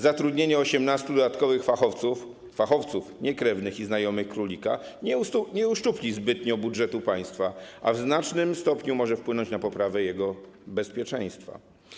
Zatrudnienie 18 dodatkowych fachowców - fachowców, nie krewnych i znajomych królika - nie uszczupli zbytnio budżetu państwa, a w znacznym stopniu może wpłynąć na poprawę jego bezpieczeństwa.